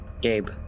Gabe